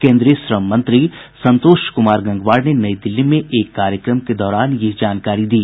केंद्रीय श्रम मंत्री संतोष कुमार गंगवार ने नई दिल्ली में एक कार्यक्रम के दौरान ये जानकारी दी